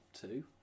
two